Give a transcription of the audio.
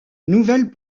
nouvelles